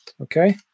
okay